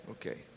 Okay